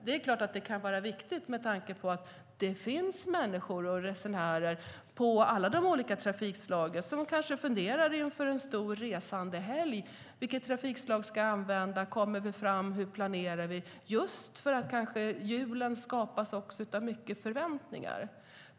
Det kan vara viktigt med tanke på att det finns människor och resenärer inom alla de olika trafikslagen som, inför en stor resandehelg, kanske funderar: Vilket trafikslag ska jag använda, kommer vi fram och hur planerar vi? Julen skapar ju mycket förväntningar.